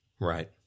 Right